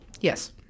Yes